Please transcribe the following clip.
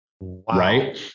right